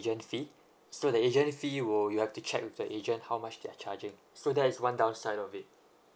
agent fee so the agent fee will you have to check with the agent how much they're charging so that is one down side of it